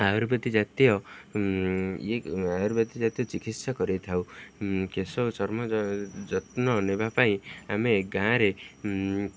ଆୟୁର୍ବେଦିକ ଜାତୀୟ ଇଏ ଆୟୁର୍ବେଦିକ ଜାତୀୟ ଚିକିତ୍ସା କରେଇ ଥାଉ କେଶ ଚର୍ମ ଯତ୍ନ ନେବା ପାଇଁ ଆମେ ଗାଁରେ